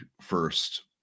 first